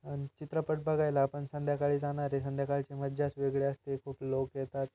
आणि चित्रपट बघायला आपण संध्याकाळी जाणार आहे संध्याकाळची मजाच वेगळी असते खूप लोक येतात